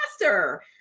faster